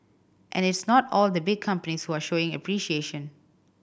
and it's not all the big companies who are showing appreciation